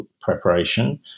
preparation